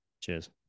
Cheers